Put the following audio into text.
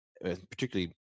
particularly